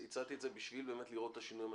כדי לראות פה שינוי משמעותי.